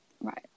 Right